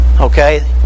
Okay